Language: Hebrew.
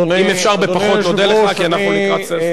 אם אפשר בפחות נודה לך כי אנחנו לקראת הסוף.